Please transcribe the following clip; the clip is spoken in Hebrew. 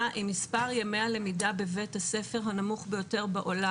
עם מספר ימי הלמידה בבית הספר הנמוך ביותר בעולם.